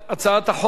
נתקבלה.